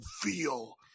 feel